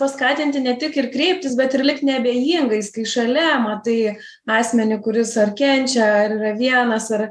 paskatinti ne tik ir kreiptis bet ir likt neabejingais kai šalia matai asmenį kuris ar kenčia ar yra vienas ar